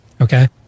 Okay